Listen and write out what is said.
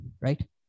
right